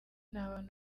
n’abantu